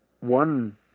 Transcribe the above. one